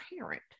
parent